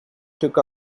took